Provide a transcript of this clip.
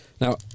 Now